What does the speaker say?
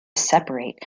separate